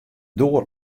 doar